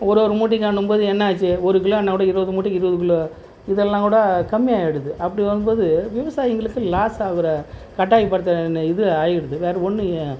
ஒரு ஒரு மூட்டைக்கு ஆணும்போது என்னாச்சு ஒரு கிலோன்னால் கூட இருபது மூட்டைக்கு இருபது கிலோ இதெல்லாம் கூட கம்மியாகிடுது அப்படி வரும் போது விவசாயிகங்ளுக்கு லாஸ் ஆகுற கட்டாயப்படுத்துற இன்ன இது ஆகிடுது வேறு ஒன்றும்